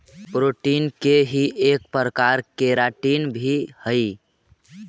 protein के ही एक प्रकार केराटिन भी हई